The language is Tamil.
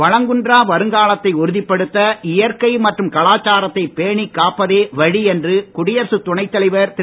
வளங்குன்றா வருங்காலத்தை உறுதிப்படுத்த இயற்கை மற்றும் கலாச்சாரத்தை பேணிக்காப்பதே வழி என்று குடியரசுத் துணைத் தலைவர் திரு